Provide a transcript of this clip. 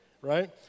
Right